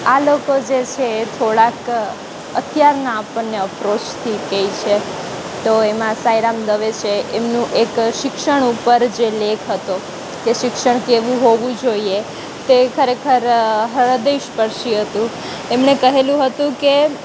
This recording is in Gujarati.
આ લોકો જે છે એ થોડાક અત્યારના આપણને અપરોચથી કહે છે તો એમાં સાંઈરામ દવે છે એમનું એક શિક્ષણ ઉપર જે લેખ હતો કે શિક્ષણ કેવું હોવું જોઈએ તે ખરેખર હ્રદયસ્પર્શી હતું એમણે કહેલું હતું કે